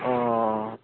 অঁ